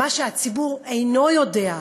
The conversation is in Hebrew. מה שהציבור אינו יודע,